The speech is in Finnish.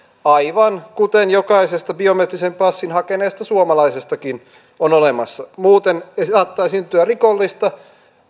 aivan kuten jokaisesta biometrisen passin hakeneesta suomalaisestakin on olemassa muuten saattaa syntyä rikollista